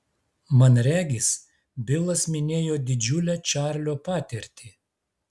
man regis bilas minėjo didžiulę čarlio patirtį